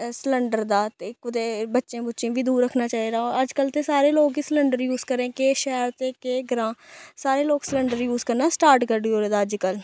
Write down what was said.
cylinder दा ते कुतै बच्चें बुच्चें बी दूर रक्खना चाहिदा अजकल्ल ते सारे लोग गै सलैंडर यूज करा दे न केह् शैह्र ते केह् ग्रां सारे लोग सलैंडर यूज करना स्टार्ट करी ओड़े दा अजकल्ल